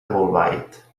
bolbait